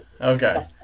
Okay